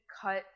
cut